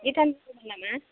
नामा